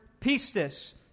pistis